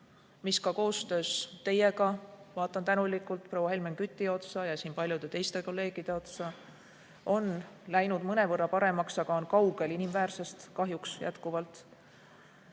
See on koostöös teiega – vaatan tänulikult proua Helmen Küti ja teie paljude teiste kolleegide otsa – läinud mõnevõrra paremaks, aga on kaugel inimväärsest. Kahjuks jätkuvad